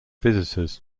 visitors